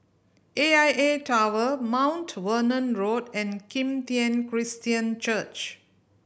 A I A Tower Mount Vernon Road and Kim Tian Christian Church